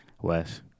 West